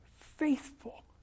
faithful